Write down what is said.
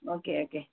okay okay